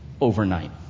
overnight